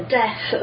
death